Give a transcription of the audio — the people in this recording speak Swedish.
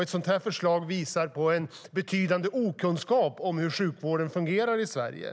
Ett sådant förslag visar på en betydande okunskap om hur sjukvården fungerar i Sverige.